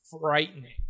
frightening